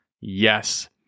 yes